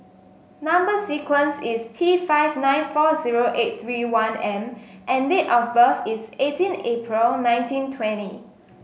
number sequence is T five nine four zero eight three one M and date of birth is eighteen April nineteen twenty